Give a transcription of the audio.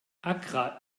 accra